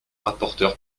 rapporteur